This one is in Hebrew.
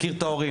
מכיר את ההורים.